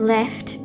Left